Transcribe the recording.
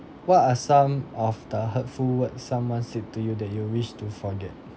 what are some of the hurtful words someone said to you that you wish to forget